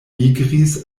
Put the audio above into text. migris